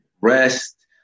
rest